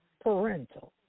parental